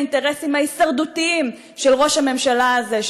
האינטרסים ההישרדותיים של ראש הממשלה הזה,